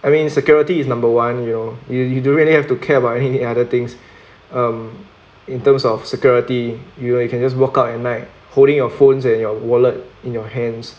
I mean security is number one you know you you don't really have to care about any other things um in terms of security you you can just walk out at night holding your phones and your wallet in your hands